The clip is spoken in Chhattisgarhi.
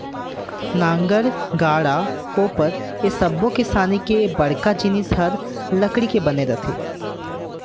नांगर, गाड़ा, कोपर ए सब्बो किसानी के बड़का जिनिस हर लकड़ी के बने रथे